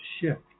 shift